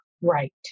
Right